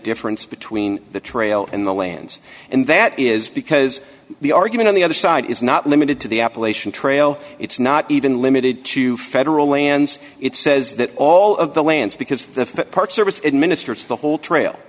difference between the trail and the lands and that is because the argument on the other side is not limited to the appalachian trail it's not even limited to federal lands it says that all of the lands because the park service administer it's the whole trail